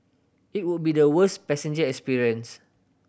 it would be the worst passenger experience